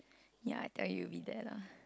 ya I tell you it will be there lah